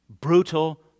Brutal